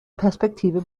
perspektive